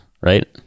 right